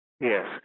Yes